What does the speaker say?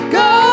go